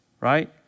Right